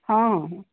ହଁ ହଁ